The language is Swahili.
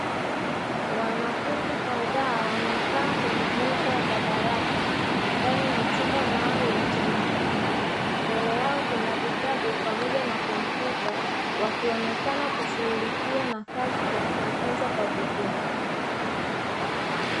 Wanafunzi kadhaa, wamekaa kwenye meza za darasa ndani ya chumba maalumu cha mafunzo, mbele yao kuna vitabu pamoja na kompyuta, wakionekana kushughulikia na kazi za kujifunza kwa vitendo.